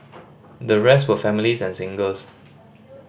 the rest were families and singles